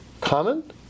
common